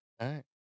right